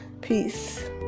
Peace